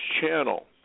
Channel